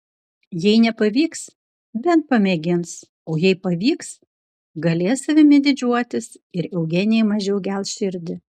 jei nepavyks bent pamėgins o jei pavyks galės savimi didžiuotis ir eugenijai mažiau gels širdį